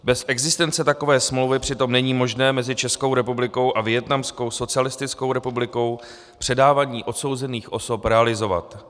Bez existence takové smlouvy přitom není možné mezi Českou republikou a Vietnamskou socialistickou republikou předávání odsouzených osob realizovat.